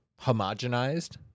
homogenized